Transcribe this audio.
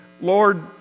Lord